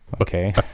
okay